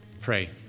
pray